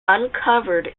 uncovered